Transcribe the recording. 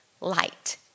light